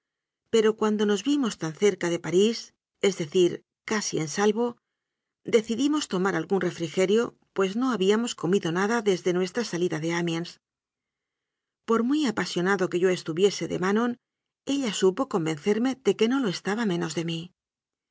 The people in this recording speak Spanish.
pero cuan do nos vimos tan cerca de parís es decir casi en salvo decidimos tomar algún refrigerio pues no habíamos comido nada desde nuestra salida de amiens por muy apasionado que yo estuviese de manon ella supo convencerme que no lo estaba menos de mí